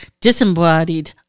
disembodied